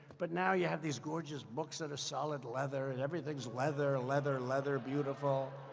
but now you have these gorgeous books that are solid leather, and everything is leather, leather, leather. beautiful.